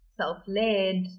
self-led